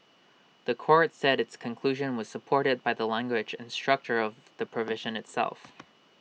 The Court said its conclusion was supported by the language and structure of the provision itself